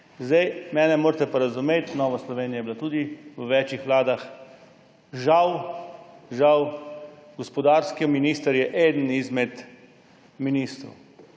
Mene pa morate razumeti, Nova Slovenija je bila tudi v več vladah, žal, gospodarski minister je eden izmed ministrov.